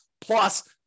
plus